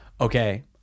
Okay